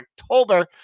October